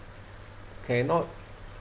cannot